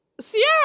sierra